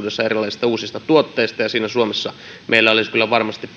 pula erilaisista uusista tuotteista ja siinä meillä suomessa olisi kyllä varmasti